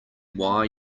why